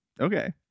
Okay